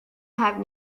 have